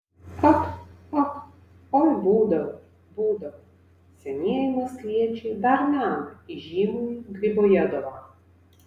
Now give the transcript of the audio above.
ak ak oi būdavo būdavo senieji maskviečiai dar mena įžymųjį gribojedovą